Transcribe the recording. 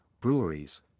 breweries